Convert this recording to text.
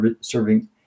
serving